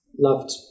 loved